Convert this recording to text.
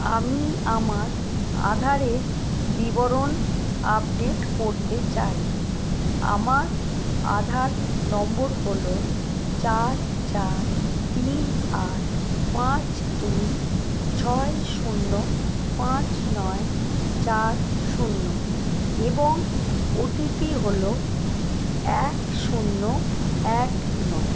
আমি আমার আধারের বিবরণ আপডেট করতে চাই আমার আধার নম্বর হল চার চার তিন আট পাঁচ দুই ছয় শূন্য পাঁচ নয় চার শূন্য এবং ওটিপি হল এক শূন্য এক নয়